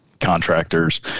contractors